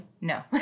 no